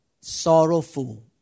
sorrowful